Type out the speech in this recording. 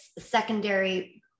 secondary